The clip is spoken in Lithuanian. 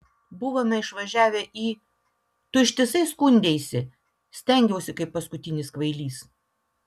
buvome išvažiavę į tu ištisai skundeisi stengiausi kaip paskutinis kvailys